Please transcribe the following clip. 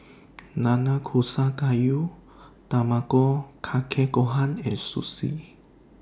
Nanakusa Gayu Tamago Kake Gohan and Sushi